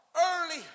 early